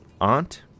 Aunt